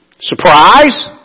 surprise